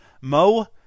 Mo